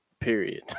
period